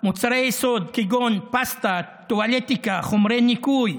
מוצרי יסוד, כגון פסטה, טואלטיקה, חומרי ניקוי,